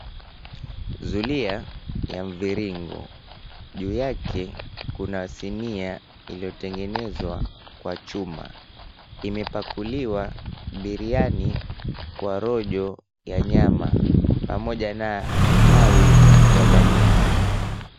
Zulia ya mviringo juu yake kuna sinia lililo tengenezwa kwa chuma imepakuliwa biryani na rojo ya nyama pamoja na tawi ya dania.